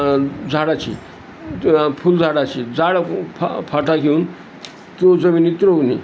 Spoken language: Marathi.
झाडाची फुल झाडाची जाड फ फाटा घेऊन तो जमिनीत रोवणे